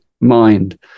mind